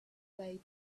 way